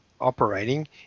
operating